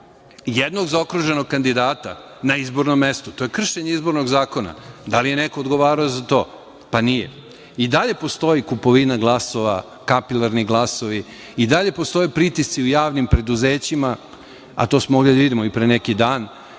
jednog zaokruženog kandidata na izbornom mestu. To je kršenje izbornog zakona. Da li je neko odgovarao za to? Nije. I dalje postoji kupovina glasova, kapilarni glasovi, i dalje postoje pritisci u javnim preduzećima, a to smo mogli da vidimo i pre neki dan,